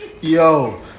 yo